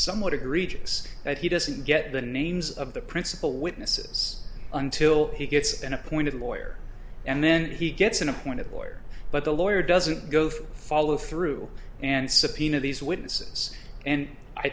somewhat egregious that he doesn't get the names of the principal witnesses until he gets an appointed lawyer and then he gets an appointed lawyer but the lawyer doesn't go through follow through and subpoena these witnesses and i